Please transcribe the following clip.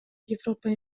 европа